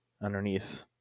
underneath